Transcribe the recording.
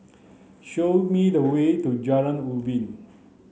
show me the way to Jalan Ubin